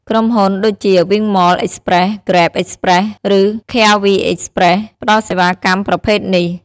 ក្រុមហ៊ុនដូចជា វីងម៉ល អិចប្រេស, ហ្គ្រេប អិចប្រេស, ឬឃែរី អិចប្រេស ផ្តល់សេវាកម្មប្រភេទនេះ។